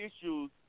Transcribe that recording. issues